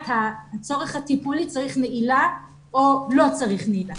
הצורך הטיפולי צריך נעילה או לא צריך נעילה,